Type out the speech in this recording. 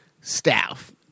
staff